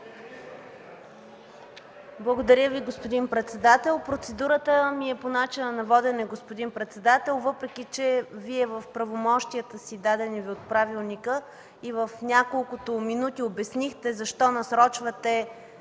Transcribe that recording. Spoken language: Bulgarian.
Благодаря Ви, господин председател. Процедурата ми е по начина на водене, господин председател, въпреки че Вие за правомощията, дадени Ви в правилника преди няколкото минути, обяснихте защо насрочвате